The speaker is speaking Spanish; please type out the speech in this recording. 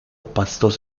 pastos